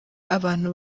abantu